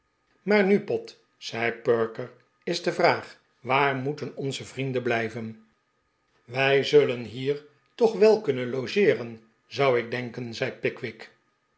maar nu pott zei perker is de vraag waar moeten onze vrienden blijven wij zullen hier toch wel kunnen logeeren zou ik denken zei pickwick